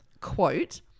quote